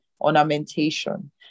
ornamentation